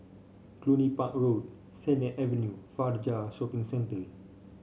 Cluny Park Road Sennett Avenue Fajar Shopping Centre